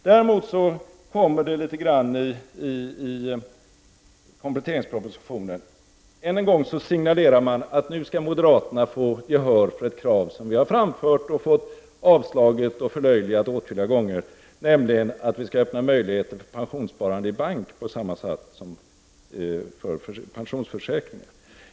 Däremot så kommer det några förslag i kompletteringspropositionen. Än en gång så signalerar man att nu skall moderaterna få gehör för ett krav som vi har framfört och fått avslaget och förlöjligat åtskilliga gånger, nämligen att vi skall öppna möjligheter för pensionssparande i bank på samma sätt som för pensionsförsäkringar.